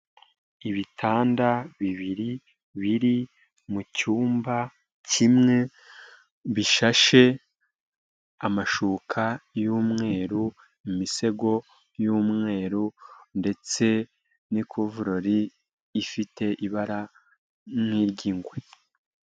Ibitanda bibiri biri mu cyumba kimwe, bishashe amashuka y'umweru imisego y'umweru ndetse n'ikovurori ifite ibara nk'iry'ingwe.